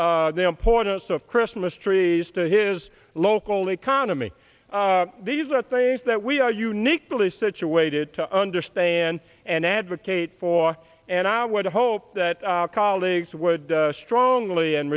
about the importance of christmas trees to his local economy these are things that we are uniquely situated to understand and advocate for and i would hope that our colleagues would strongly and